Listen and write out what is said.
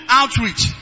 outreach